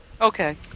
Okay